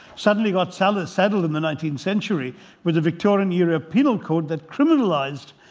suddenly got saddled saddled in the nineteenth century with a victorian europe penal code that criminalised